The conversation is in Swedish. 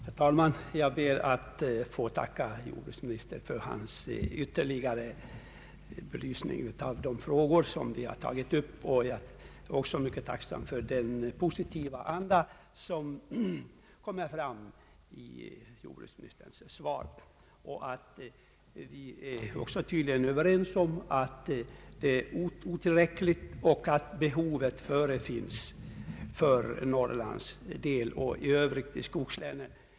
Herr talman! Jag ber att få tacka jordbruksministern för hans ytterligare belysning av de frågor som jag tagit upp. Jag är också mycket tacksam för den positiva anda som kommer fram i jordbruksministerns svar. Vi är tydligen även överens om att hittillsvarande åtgärder är otillräckliga och att ytterligare behov förefinns för Norrlands del såväl som för övriga skogslän.